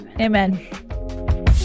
Amen